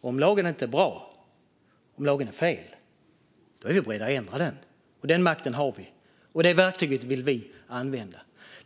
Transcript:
Om lagen inte är bra - om lagen är fel - är Socialdemokraterna beredda att ändra den, och den makten har vi folkvalda. Det verktyget vill Socialdemokraterna använda.